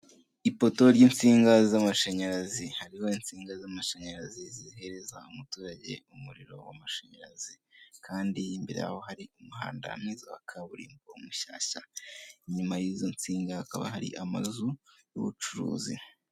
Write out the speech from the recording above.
Ipoto ryinsinga z'amashanyarazi hariho insinga z'amashanyarazi zihereza umuturage umuriro w'amashanyarazi, Kandi imbere yaho hari umuhanda mwiza wa kaburimbo mushyashya, inyuma yizo nsinga hakaba hari amazu y'ubucuruzi.